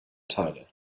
teile